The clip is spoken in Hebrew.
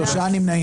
הצבעה לא אושרה נפל.